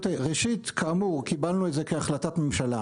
כאמור קיבלנו את זה כהחלטת ממשלה,